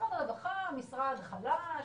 משרד חלש,